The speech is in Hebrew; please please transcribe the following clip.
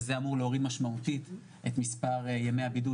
וזה הולך להוריד משמעותית את מספר ימי הבידוד,